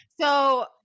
so-